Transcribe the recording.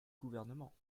gouvernement